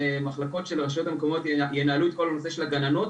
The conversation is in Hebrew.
מחלקות של הרשויות המקומיות ינהלו את כל הנושא של הגננות.